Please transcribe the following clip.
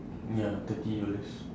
ya thirty dollars